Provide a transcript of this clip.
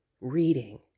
reading